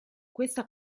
questa